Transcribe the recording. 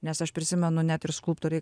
nes aš prisimenu net ir skulptoriai